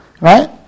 Right